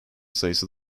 sayısı